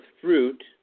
fruit